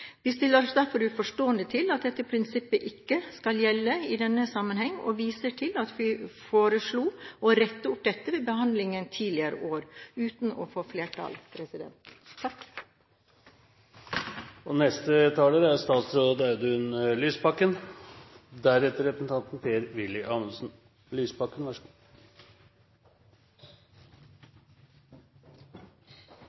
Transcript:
Vi stiller oss derfor uforstående til at dette prinsippet ikke skal gjelde i denne sammenheng, og viser til at vi foreslo å rette opp dette ved behandlingen tidligere i år uten å få flertall. I olje- og